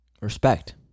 Respect